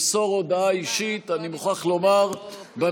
במאמץ הלאומי לצמצום התפשטות נגיף הקורונה (הוראת שעה)